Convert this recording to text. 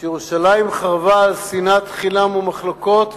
שירושלים חרבה על שנאת חינם ומחלוקות,